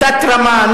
תת-רמה,